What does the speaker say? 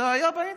זה היה באינטרנט.